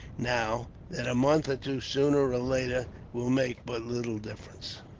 now, that a month or two sooner or later will make but little difference.